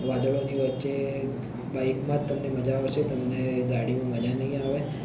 વાદળોની વચ્ચે બાઈકમાં જ તમને મજા આવશે તમને ગાડીમાં મજા નહીં આવે